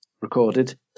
recorded